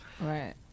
right